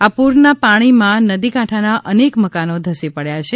આ પુરના પાણીમાં નદીકાંઠાના અનેક મકાનો ઘસી પડયા છે